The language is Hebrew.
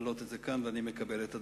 להעלות אותו כאן, ואני מקבל את הדברים,